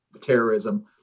terrorism